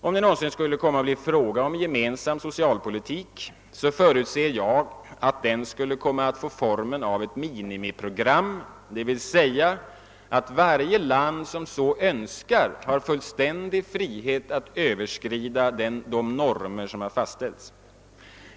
Om det någonsin skulle komma att bli fråga om en gemensam socialpolitik förutsätter jag, att den skulle komma att få formen av ett minimiprogram, dvs. att varje land som så önskar har fullständig frihet att överskrida de normer som fastställts.